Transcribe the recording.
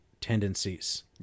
tendencies